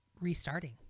restarting